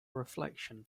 reflection